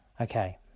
Okay